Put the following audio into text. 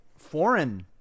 foreign